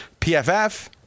PFF